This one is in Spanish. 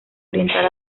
oriental